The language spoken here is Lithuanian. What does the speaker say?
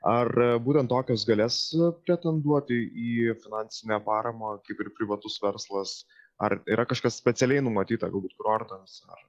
ar būtent tokios galės pretenduoti į finansinę paramą kaip ir privatus verslas ar yra kažkas specialiai numatyta galbūt kurortams ar